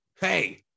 Hey